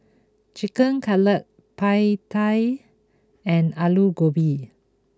Chicken Cutlet Pad Thai and Alu Gobi